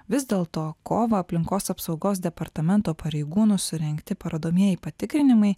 vis dėl to kovą aplinkos apsaugos departamento pareigūnų surengti parodomieji patikrinimai